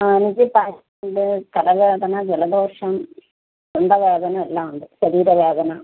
ആ എനിക്ക് തണുപ്പ് ഉണ്ട് തലവേദന ജലദോഷം തൊണ്ടവേദന എല്ലാം ഉണ്ട് ശരീരവേദന